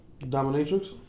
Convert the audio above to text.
Dominatrix